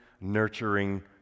nurturing